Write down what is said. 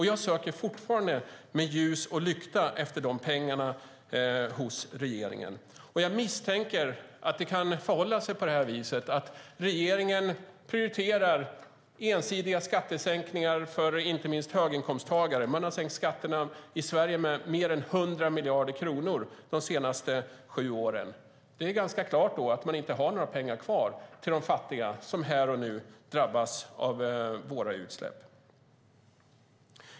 Jag söker fortfarande med ljus och lykta efter dessa pengar hos regeringen men misstänker att man prioriterar ensidiga skattesänkningar för inte minst höginkomsttagare. Regeringen har sänkt skatterna i Sverige med mer än 100 miljarder kronor de senaste sju åren, och då har man inga pengar kvar till de fattiga som drabbas av våra utsläpp.